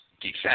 defense